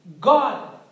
God